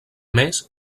més